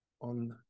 on